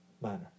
manner